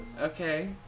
Okay